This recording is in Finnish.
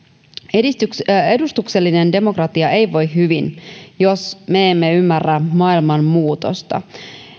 edustuksellinen demokratia ei voi hyvin jos me emme ymmärrä maailman muutosta